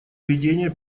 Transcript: ведения